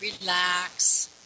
relax